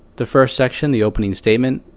the first section the opening statement,